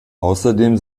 außerdem